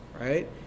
right